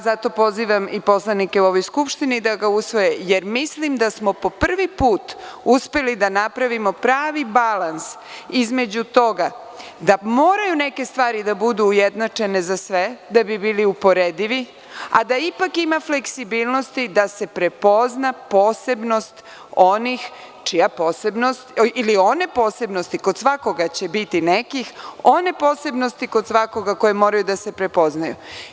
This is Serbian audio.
Zato pozivam i poslanike u ovoj Skupštini da ga usvoje, jer mislim da smo po prvi put uspeli da napravimo pravi balans između toga da moraju neke stvari da budu ujednačene za sve da bi bili uporedivi, a da ipak ima fleksibilnosti da se prepozna posebnost onih ili one posebnosti, kod svakoga će biti nekih, one posebnosti kod svakoga koje moraju da se prepoznaju.